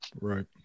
Right